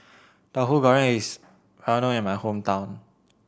Tahu Goreng is well known in my hometown